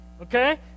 Okay